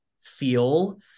feel